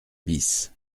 bis